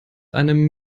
einem